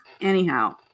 anyhow